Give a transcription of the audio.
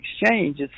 exchange